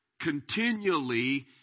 continually